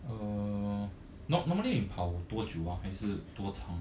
err not normally 你跑多久啊还是多长